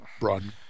Run